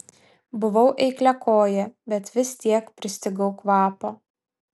buvau eikliakojė bet vis tiek pristigau kvapo